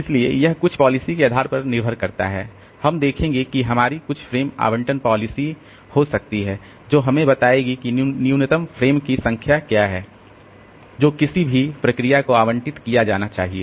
इसलिए यह कुछ पॉलिसी के आधार पर निर्भर करता है हम देखेंगे कि हमारी कुछ फ्रेम आवंटन पॉलिसी हो सकती है जो हमें बताएगी कि न्यूनतम फ्रेम की संख्या क्या है जो किसी भी प्रक्रिया को आवंटित किया जाना चाहिए